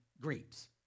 grapes